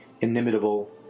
inimitable